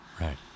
right